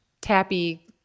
tappy